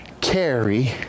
carry